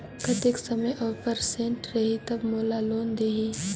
कतेक समय और परसेंट रही तब मोला लोन देही?